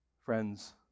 Friends